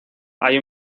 hay